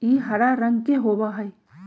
ई हरा रंग के होबा हई